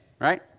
right